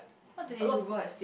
what do they do